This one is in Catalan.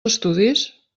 estudis